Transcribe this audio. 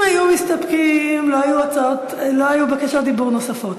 אם היו מסתפקים לא היו בקשות דיבור נוספות.